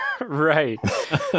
Right